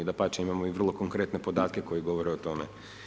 Dapače imamo i vrlo konkretne podatke koji govore o tome.